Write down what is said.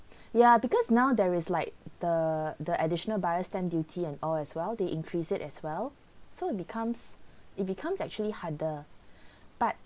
ya because now there is like the the additional buyer's stamp duty and all as well they increase it as well so it becomes it becomes actually harder but